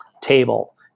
table